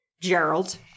Gerald